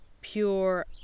pure